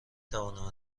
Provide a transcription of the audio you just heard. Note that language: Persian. توانم